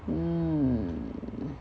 mm